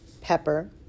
pepper